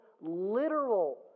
literal